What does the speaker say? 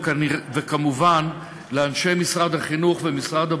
וכמובן לאנשי משרד החינוך ומשרד הבריאות,